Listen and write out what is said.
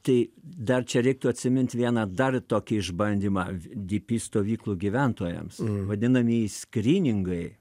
tai dar čia reiktų atsimint vieną dar tokį išbandymą dypy stovyklų gyventojams vadinamieji skryningai